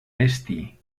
esti